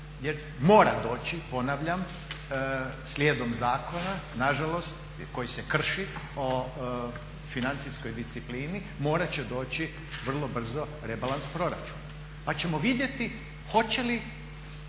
mora doći, ponavljam, slijedom zakona nažalost koji se krši o financijskoj disciplini morat će doći vrlo brzo rebalans proračuna. Pa ćemo vidjeti hoće li